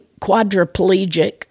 quadriplegic